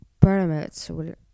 parameters